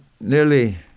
nearly